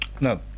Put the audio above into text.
No